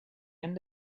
end